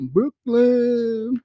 Brooklyn